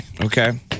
Okay